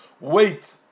wait